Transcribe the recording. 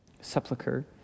sepulcher